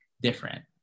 different